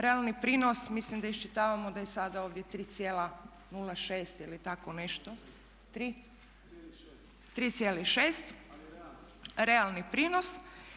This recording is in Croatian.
Realni prinos mislim da iščitavamo da je sada ovdje 3,06 ili tako nešto, 3,6 realni prinos.